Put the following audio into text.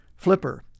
Flipper